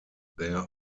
there